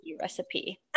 recipe